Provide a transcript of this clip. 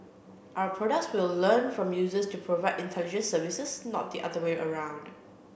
our products will learn from users to provide intelligent services not the other way around